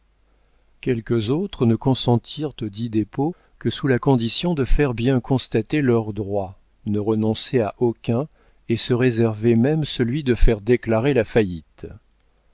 quelques autres ne consentirent audit dépôt que sous la condition de faire bien constater leurs droits ne renoncer à aucuns et se réserver même celui de faire déclarer la faillite